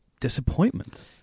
disappointment